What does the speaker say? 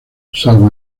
salvo